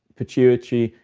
pituitary,